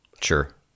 Sure